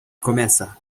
começa